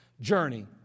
journey